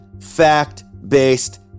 fact-based